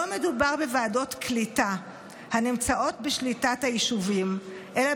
לא מדובר בוועדות קליטה הנמצאות בשליטת היישובים אלא